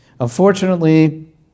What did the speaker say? Unfortunately